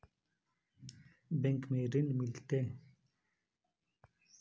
Bank में ऋण मिलते?